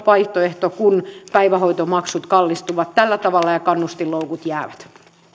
aidosti vaihtoehto kun päivähoitomaksut kallistuvat tällä tavalla ja kannustinloukut jäävät